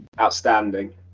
Outstanding